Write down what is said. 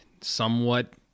somewhat